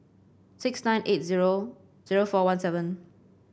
six nine eight zero zero four one seven